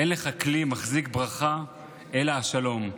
אין לך כלי מחזיק ברכה אלא השלום.